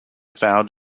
found